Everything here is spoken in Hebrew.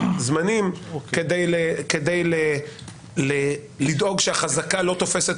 זמנים וזאת כדי לדאוג שהחזקה לא תופסת